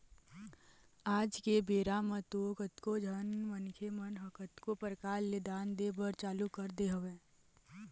आज के बेरा म तो कतको झन मनखे मन ह कतको परकार ले दान दे बर चालू कर दे हवय